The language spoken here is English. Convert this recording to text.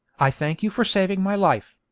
i thank you for saving my life,